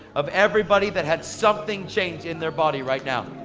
of everybody that had something change in their body right now.